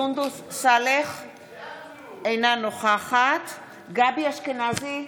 אינה נוכחת גבי אשכנזי,